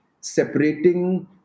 separating